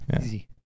Easy